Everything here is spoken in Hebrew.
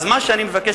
אז מה שאני מבקש,